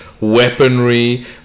weaponry